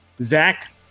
Zach